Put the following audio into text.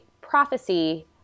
prophecy